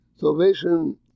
Salvation